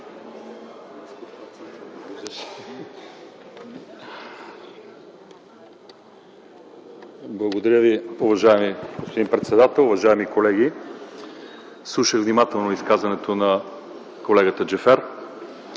Благодаря Ви, уважаеми господин председател. Уважаеми колеги, слушах внимателно изказването на колегата Джафер.